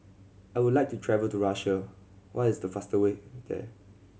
I would like to travel to Russia what is the fastest way there